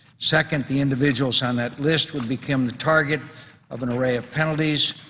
second, the individuals on that list would become the target of an array of penalties.